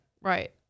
Right